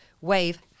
Wave